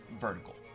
vertical